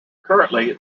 currently